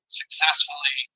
successfully